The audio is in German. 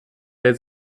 der